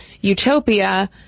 utopia